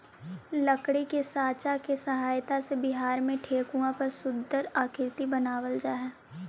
लकड़ी के साँचा के सहायता से बिहार में ठेकुआ पर सुन्दर आकृति बनावल जा हइ